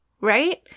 right